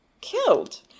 killed